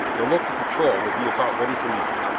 the local patrol will be about ready to leave.